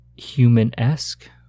human-esque